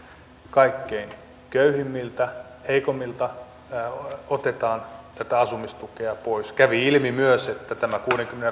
kaikkein köyhimmiltä heikoimmilta otetaan tätä asumistukea pois kävi ilmi myös että tämä